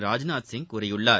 ராஜ்நாத் சிங் கூறியுள்ளார்